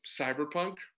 cyberpunk